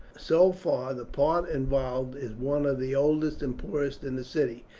so far the part involved is one of the oldest and poorest in the city,